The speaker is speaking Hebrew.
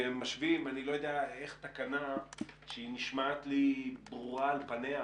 כשמשווים אני לא יודע איך תקנה שנשמעת לי ברורה על פניה,